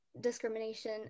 discrimination